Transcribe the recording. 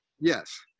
Yes